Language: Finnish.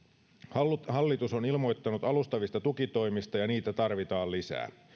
hallitus hallitus on ilmoittanut alustavista tukitoimista ja niitä tarvitaan lisää